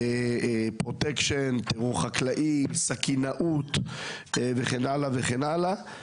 פרוטקשן, טרור חקלאי, סכינאות וכן הלאה וכן הלאה.